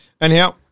Anyhow